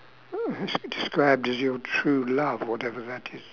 des~ described as your true love whatever that is